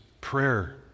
prayer